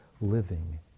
living